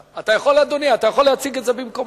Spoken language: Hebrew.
אדוני יכול להציג את זה במקומו.